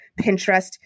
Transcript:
Pinterest